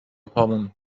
پامون